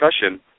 discussion